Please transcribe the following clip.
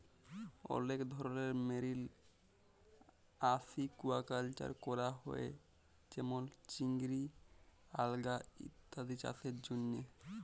অলেক ধরলের marine aquaculture ক্যরা হ্যয়ে যেমল চিংড়ি, আলগা ইত্যাদি চাসের জন্হে